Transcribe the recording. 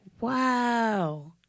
Wow